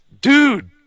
dude